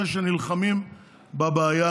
פטנט בין-לאומי.